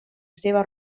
seva